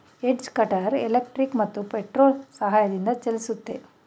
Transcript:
edge cutter electric ಮತ್ತು petrol ಸಹಾಯದಿಂದ ಚಲಿಸುತ್ತೆ